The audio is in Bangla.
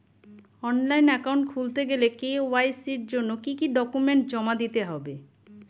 অনলাইন একাউন্ট খুলতে গেলে কে.ওয়াই.সি জন্য কি কি ডকুমেন্ট জমা দিতে হবে?